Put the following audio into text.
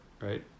right